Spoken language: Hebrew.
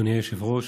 אדוני היושב-ראש,